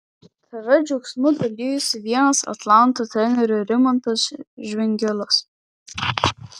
tv džiaugsmu dalijosi vienas atlanto trenerių rimantas žvingilas